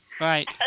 Right